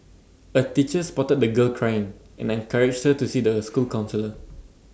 A teacher spotted the girl crying and encouraged her to see the school counsellor